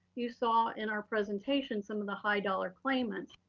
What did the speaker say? you saw in our presentation some of the high dollar claimants.